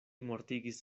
mortigis